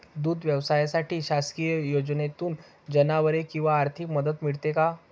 दूध व्यवसायासाठी शासकीय योजनेतून जनावरे किंवा आर्थिक मदत मिळते का?